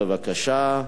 בבקשה.